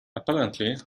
apparently